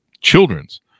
children's